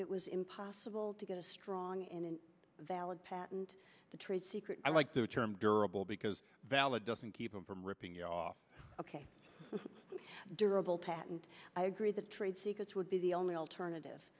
it was impossible to get a strong and valid patent trade secret i like the term durable because valid doesn't keep them from ripping off ok it's durable patent i agree that trade secrets would be the only alternative